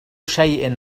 شيء